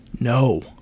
No